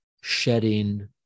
shedding